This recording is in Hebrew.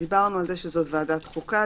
דיברנו על זה שזאת ועדת החוקה,